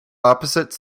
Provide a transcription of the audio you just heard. opposite